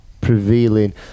prevailing